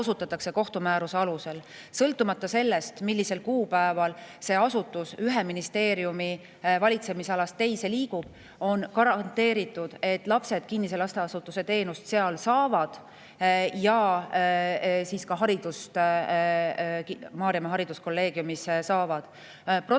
kohtumääruse alusel. Sõltumata sellest, millisel kuupäeval see asutus ühe ministeeriumi valitsemisalast teise liigub, on garanteeritud, et lapsed kinnise lasteasutuse teenust seal saavad ja ka haridust Maarjamaa Hariduskolleegiumis saavad. Protsess